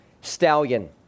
stallion